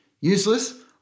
Useless